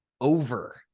over